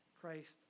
Christ